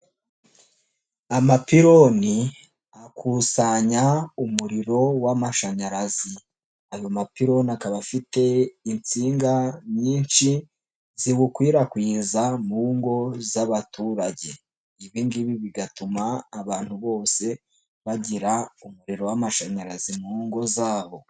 Amapironi akusanya umuriro w'amashanyarazi, ayo mapironi akaba afite insinga nyinshi ziwukwirakwiza mu ngo z'abaturage, ibi ngibi bigatuma abantu bose bagira umuriro w'amashanyarazi mu ngo zabo.